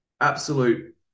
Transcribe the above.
absolute